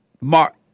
Mark